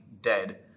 dead